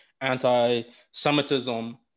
anti-Semitism